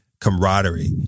camaraderie